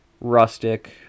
rustic